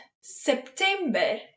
September